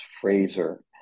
Fraser